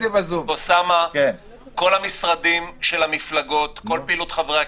נתון מספיק חשוב?